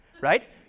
right